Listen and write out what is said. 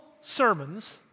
sermons